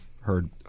heard